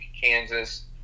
Kansas